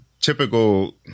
typical